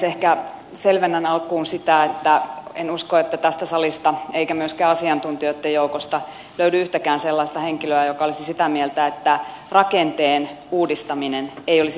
ehkä selvennän alkuun sitä että en usko että tästä salista eikä myöskään asiantuntijoitten joukosta löytyy yhtäkään sellaista henkilöä joka olisi sitä mieltä että rakenteen uudistaminen ei olisi välttämätöntä